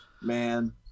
Man